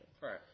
Right